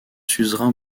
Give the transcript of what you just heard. suzerain